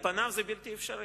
על פניו זה בלתי אפשרי.